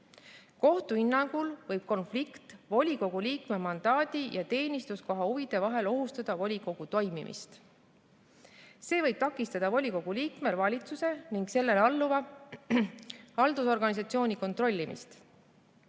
Kohtu hinnangul võib konflikt volikogu liikme mandaadi ja teenistuskoha huvide vahel ohustada volikogu toimimist. See võib takistada volikogu liikmel valitsuse ning sellele alluva haldusorganisatsiooni kontrollimist.